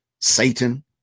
Satan